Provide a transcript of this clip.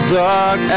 dark